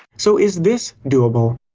so is this doable?